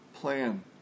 plan